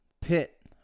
pit